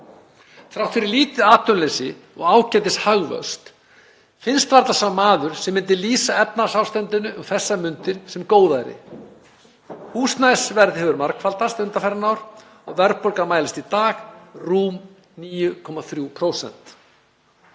Þrátt fyrir lítið atvinnuleysi og ágætishagvöxt finnst varla sá maður sem myndi lýsa efnahagsástandinu um þessar mundir sem góðæri. Húsnæðisverð hefur margfaldast undanfarin ár og verðbólga mælist í dag rúm 9,3%.